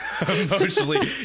emotionally